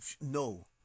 No